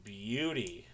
beauty